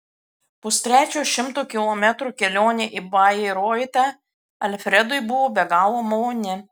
pustrečio šimto kilometrų kelionė į bairoitą alfredui buvo be galo maloni